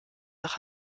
nach